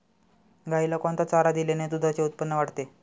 गाईला कोणता चारा दिल्याने दुधाचे उत्पन्न वाढते?